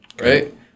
Right